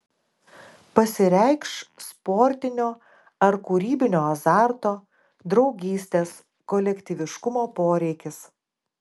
pasireikš sportinio ar kūrybinio azarto draugystės kolektyviškumo poreikis